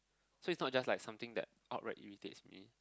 so is not just like something that outright irritates me